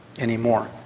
anymore